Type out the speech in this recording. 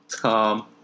Tom